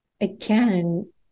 again